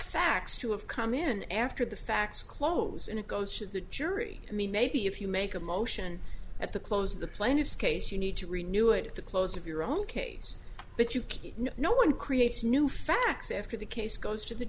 facts to have come in after the facts close and it goes to the jury i mean maybe if you make a motion at the close of the plaintiff's case you need to renew it at the close of your own case but you keep no one creates new facts after the case goes to the